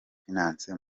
finance